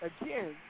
again